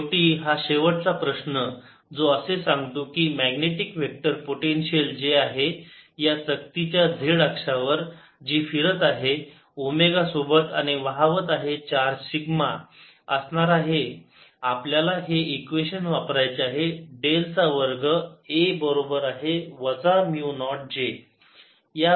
शेवटी हा शेवटचा प्रश्न जो असे सांगतो की मॅग्नेटिक वेक्टर पोटेन्शियल जे आहे या चकतीच्या z अक्षावर जी फिरत आहे ओमेगा सोबत आणि वाहवत आहे चार्ज सिग्मा असणार आहे आपल्याला हे इक्वेशन वापरायचे आहे डेल चा वर्ग A बरोबर आहे वजा म्यु नॉट J